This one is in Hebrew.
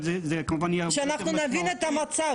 שאנחנו נבין את המצב.